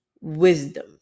wisdom